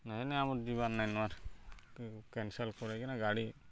ନାଇଁ ନାଇ ଆମର୍ ଯିବାର୍ ନାଇଁନ ଆର୍ କେନ୍ସେଲ୍ କରିକିିନା ଗାଡ଼ି